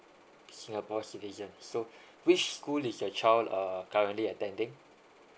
singapore citizen so which school is your child err currently attending